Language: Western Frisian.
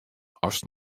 ast